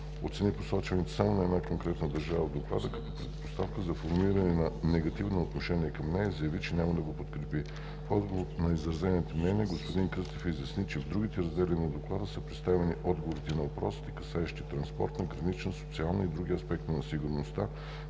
оцени посочването само на една конкретна държава в Доклада като предпоставка за формиране на негативно отношение към нея и заяви, че няма да го подкрепи. В отговор на изразените мнения господин Кръстев изясни, че в другите раздели на Доклада са представени отговорите на въпросите, касаещи транспортна, гранична, социална и други аспекти на сигурността,